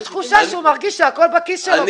תחושה שהוא מרגיש שהכול בכיס שלו,